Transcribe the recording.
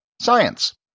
science